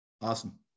Awesome